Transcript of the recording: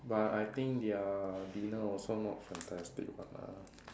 but I think their dinner also not fantastic one ah